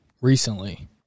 recently